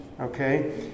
Okay